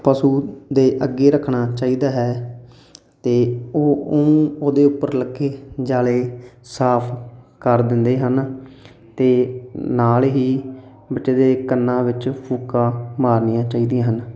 ਪਸ਼ੂ ਦੇ ਅੱਗੇ ਰੱਖਣਾ ਚਾਹੀਦਾ ਹੈ ਅਤੇ ਉਹ ਉਹਨੂੰ ਉਹਦੇ ਉੱਪਰ ਲੱਗੇ ਜਾਲੇ ਸਾਫ ਕਰ ਦਿੰਦੇ ਹਨ ਅਤੇ ਨਾਲ ਹੀ ਬੱਚੇ ਦੇ ਕੰਨਾਂ ਵਿੱਚ ਫੂਕਾਂ ਮਾਰਨੀਆਂ ਚਾਹੀਦੀਆਂ ਹਨ